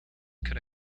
could